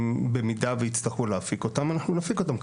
במידה ויצטרכו להפיק אותם, אנחנו נפיק אותם.